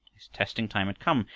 his testing time had come,